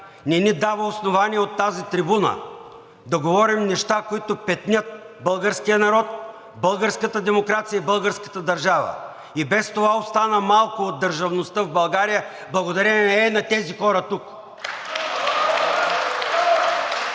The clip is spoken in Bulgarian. не ни дава основание от тази трибуна да говорим неща, които петнят българския народ, българската демокрация и българската държава. И без това остана малко от държавността в България благодарение на ей тези хора тук! (Ръкопляскания от ДПС.)